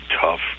tough